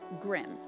grim